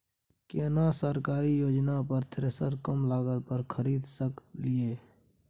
केना सरकारी योजना पर थ्रेसर कम लागत पर खरीद सकलिए?